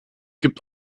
gibt